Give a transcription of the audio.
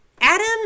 Adam